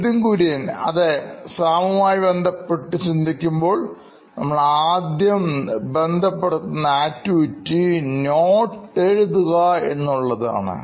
Nithin Kurian COO Knoin Electronics അതേ സാമുമായി ബന്ധപ്പെട്ട ചിന്തിക്കുമ്പോൾനമ്മൾ ആദ്യം ബന്ധപ്പെടുത്തുന്ന ആക്ടിവിറ്റി നോട്ട് എഴുതുക എന്നുള്ളതാണ്